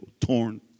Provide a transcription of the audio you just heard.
torn